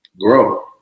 grow